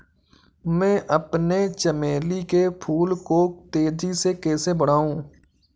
मैं अपने चमेली के फूल को तेजी से कैसे बढाऊं?